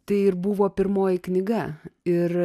tai ir buvo pirmoji knyga ir